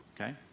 Okay